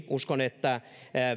toiminut hyvin uskon että